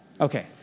Okay